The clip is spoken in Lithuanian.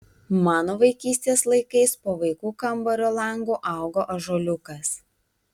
mano vaikystės laikais po vaikų kambario langu augo ąžuoliukas